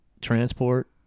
transport